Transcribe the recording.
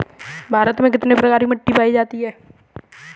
भारत में कितने प्रकार की मिट्टी पाई जाती है?